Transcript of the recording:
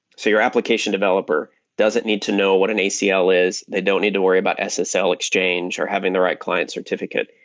so your application developer doesn't need to know what an acl is, they don't need to worry about ssl exchange, or having the right client certificate.